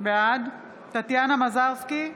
בעד טטיאנה מזרסקי,